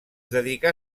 dedicà